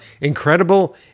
incredible